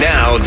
Now